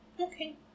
Okay